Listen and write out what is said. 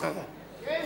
מסחרה,